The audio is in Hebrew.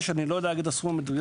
אני לא יודע להגיד את הסכום המדויק,